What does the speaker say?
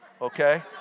Okay